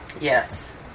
yes